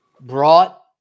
brought